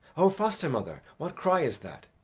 o foster-mother, what cry is that?